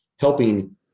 helping